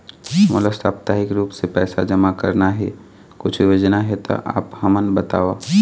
मोला साप्ताहिक रूप से पैसा जमा करना हे, कुछू योजना हे त आप हमन बताव?